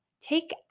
take